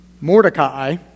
Mordecai